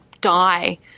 die